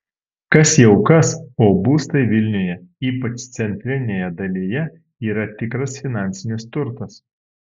kas jau kas o būstai vilniuje ypač centrinėje dalyje yra tikras finansinis turtas